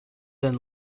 and